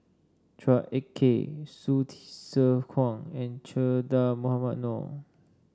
Chua Ek Kay Hsu Tse Kwang and Che Dah Mohamed Noor